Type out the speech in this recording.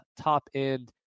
top-end